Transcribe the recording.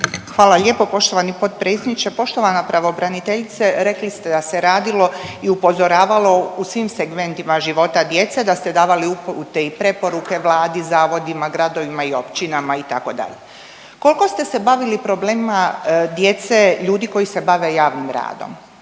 Hvala lijepo poštovani potpredsjedniče. Poštovana pravobraniteljice rekli ste da se radilo i upozoravalo u svim segmentima života djece, da ste davali upute i preporuke Vladi, zavodima, gradovima i općinama itd. Koliko ste se bavili problemima djece ljudi koji se bave javnim radom?